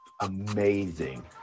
amazing